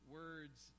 words